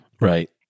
Right